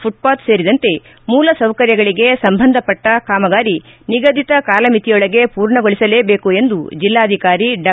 footpath ಸೇರಿದಂತೆ ಮೂಲಸೌಕರ್ಯಗಳಿಗೆ ಸಂಬಂಧಪಟ್ಟ ಕಾಮಗಾರಿ ನಿಗದಿತ ಕಾಲಮಿತಿಯೊಳಗೆ ಪೂರ್ಣಗೊಳಿಸಲೇಬೇಕು ಎಂದು ಜಿಲ್ಲಾಧಿಕಾರಿ ಡಾ